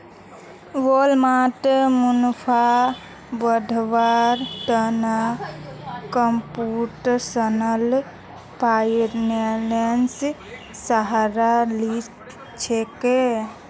Walmart मुनाफा बढ़व्वार त न कंप्यूटेशनल फाइनेंसेर सहारा ली छेक